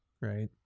right